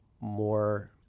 more